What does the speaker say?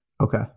Okay